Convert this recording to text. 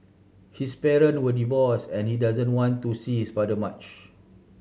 his parent were divorce and he doesn't want to see his father much